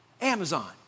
Amazon